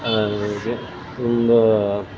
ಹಾಗೆ ತುಂಬ